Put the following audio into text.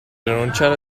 rinunciare